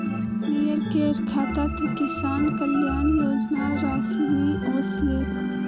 विनयकेर खातात किसान कल्याण योजनार राशि नि ओसलेक